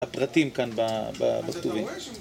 הפרטים כאן בכתובים